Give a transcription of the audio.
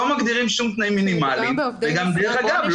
לא מגדירים כל תנאים מינימליים ודרך אגב,